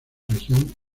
región